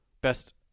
Best